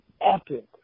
epic